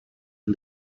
and